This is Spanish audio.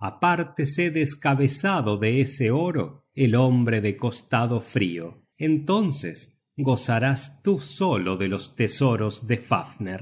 apártese descabezado de ese oro el hombre de costado frio entonces gozarás tú solo de los tesoros de fafner